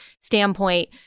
standpoint